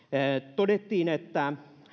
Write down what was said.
todettiin että